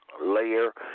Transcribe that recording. layer